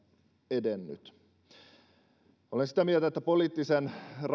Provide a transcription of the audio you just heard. edennyt olen sitä mieltä että poliittisen